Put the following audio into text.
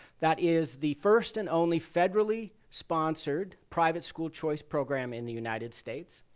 that is the first and only federally sponsored private school choice program in the united states.